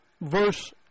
verse